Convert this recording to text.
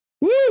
Woo